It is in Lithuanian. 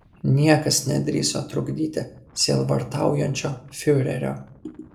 niekas nedrįso trukdyti sielvartaujančio fiurerio